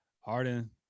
Harden